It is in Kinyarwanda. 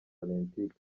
olympique